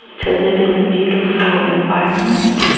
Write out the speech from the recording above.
to live in a beautiful environment,